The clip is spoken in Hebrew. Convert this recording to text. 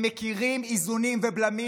הם מכירים איזונים ובלמים.